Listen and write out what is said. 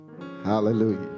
Hallelujah